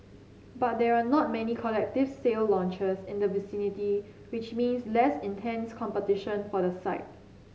but there are not many collective sale launches in the vicinity which means less intense competition for the site